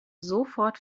sofort